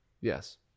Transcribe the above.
yes